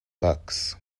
books